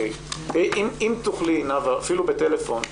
אם תוכלי, נאוה, אפילו בטלפון,